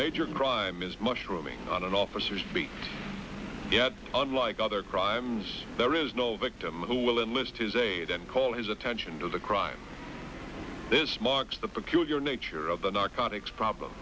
major crime is mushrooming on an officer's beat yet unlike other crimes there is no victim who will enlist his aid and call his attention to the crime this marks the peculiar nature of the narcotics problem